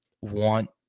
want